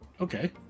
Okay